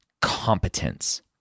competence